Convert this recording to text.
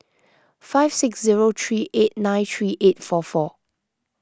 five six zero three eight nine three eight four four